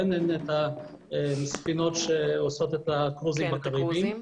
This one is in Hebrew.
אין את הספינות שעושות את הקרוזים בקריביים,